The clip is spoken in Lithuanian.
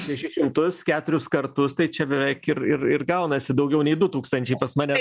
šešis šimtus keturis kartus tai čia beveik ir ir ir gaunasi daugiau nei du tūkstančiai pas mane